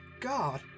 God